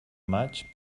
maig